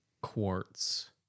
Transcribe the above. quartz